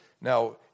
Now